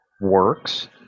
works